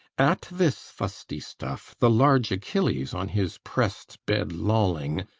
at this fusty stuff the large achilles, on his press'd bed lolling,